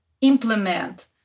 implement